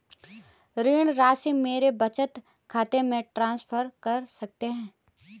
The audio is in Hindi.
ऋण राशि मेरे बचत खाते में ट्रांसफर कर सकते हैं?